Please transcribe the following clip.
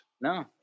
No